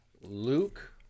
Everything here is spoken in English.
Luke